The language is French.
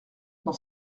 dans